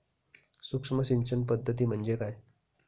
सूक्ष्म सिंचन पद्धती म्हणजे काय?